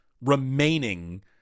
remaining